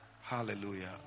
Hallelujah